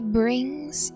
brings